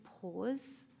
pause